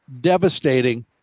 devastating